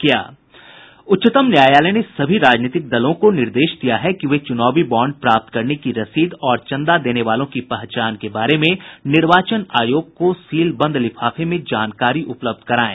उच्चतम न्यायालय ने सभी राजनीतिक दलों को निर्देश दिया है कि वे चुनावी बाँड प्राप्त करने की रसीद और चंदा देने वालों की पहचान के बारे में निर्वाचन आयोग को सीलबंद लिफाफे में जानकारी उपलब्ध कराएं